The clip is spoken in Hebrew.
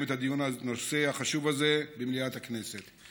את הדיון בנושא החשוב הזה במליאת הכנסת.